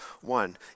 one